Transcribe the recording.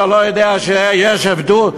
אתה לא יודע שיש הבדל,